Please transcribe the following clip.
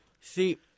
See